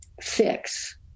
fix